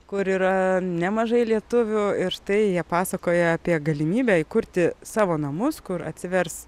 kur yra nemažai lietuvių ir štai jie pasakoja apie galimybę įkurti savo namus kur atsivers